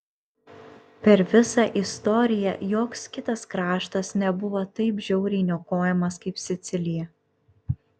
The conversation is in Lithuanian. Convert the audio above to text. per visą istoriją joks kitas kraštas nebuvo taip žiauriai niokojamas kaip sicilija